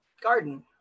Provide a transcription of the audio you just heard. garden